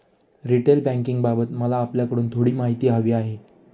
retail बँकिंगबाबत मला आपल्याकडून थोडी माहिती हवी आहे